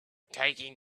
taking